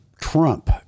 Trump